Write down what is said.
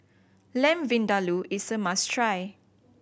Lamb Vindaloo is a must try